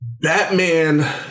Batman